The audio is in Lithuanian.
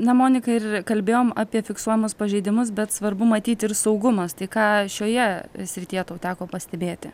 na monika ir kalbėjom apie fiksuojamus pažeidimus bet svarbu matyti ir saugumas tai ką šioje srityje tau teko pastebėti